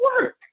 work